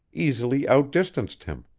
easily outdistanced him.